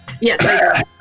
Yes